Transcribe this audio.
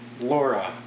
Laura